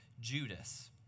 Judas